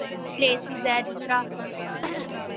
places ਹੈ ਜਿਸ ਤਰ੍ਹਾਂ